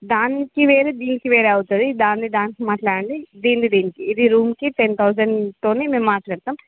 దానికి వేరు దీనికి వేరు అవుతుంది దాన్ని దానికి మాట్లాడండి దీన్ని దీనికి ఇది రూమ్కి టెన్ థౌజండ్తోని మేం మాట్లాడతాం